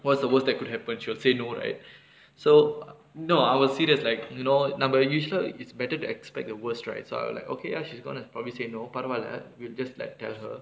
what's the worst that could happen she will say no right so no I was serious like you know நம்ம:namma register it's better to expect the worst right so I was like okay ya she's gonna probably say no பரவால:paravaala we'll just like tell her